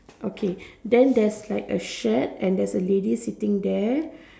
okay then there's like a shed and there's a lady sitting there